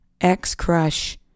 ex-crush